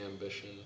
ambition